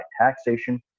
taxation